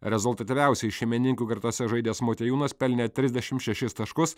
rezultatyviausiai šeimininkų gretose žaidęs motiejūnas pelnė trisdešimt šešis taškus